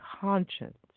conscience